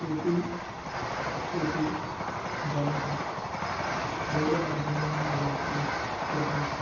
कोटि कोटि जनाः रेल्माध्यमेन यात्रां कुर्वन्ति